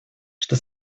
что